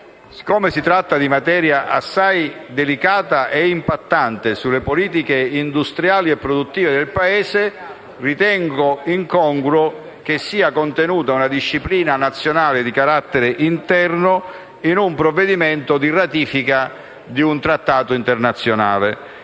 Siccome si tratta di materia assai delicata e impattante sulle politiche industriali e produttive del Paese, ritengo incongruo che una disciplina nazionale di carattere interno sia ratifica di un trattato internazionale,